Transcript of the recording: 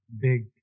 big